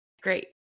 Great